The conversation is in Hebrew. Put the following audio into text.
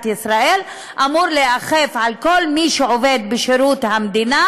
ישראל אמור להיאכף על כל מי שעובד בשירות המדינה,